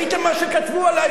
ראית מה שכתבו עלי?